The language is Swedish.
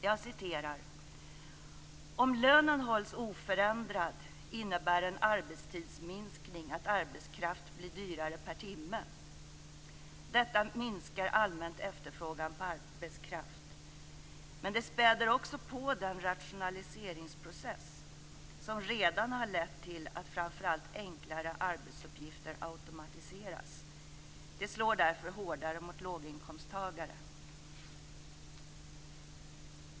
Jag citerar: "Om lönen hålls oförändrad innebär en arbetstidsminskning att arbetskraft blir dyrare per timme. Detta minskar allmänt efterfrågan på arbetskraft. Men det späder också på den rationaliseringsprocess som redan har lett till att framför allt enklare arbetsuppgifter automatiseras. Det slår därför hårdare mot låginkomsttagare.